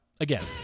again